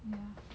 ya